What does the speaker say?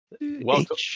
welcome